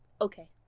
okay